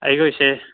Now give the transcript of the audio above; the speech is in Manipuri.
ꯑꯩꯈꯣꯏꯁꯦ